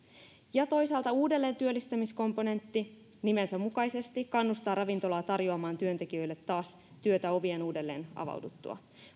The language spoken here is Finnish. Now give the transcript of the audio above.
toisaalta uudelleen työllistämiskomponentti nimensä mukaisesti kannustaa ravintolaa tarjoamaan työntekijöille taas työtä ovien uudelleen avauduttua